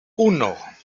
uno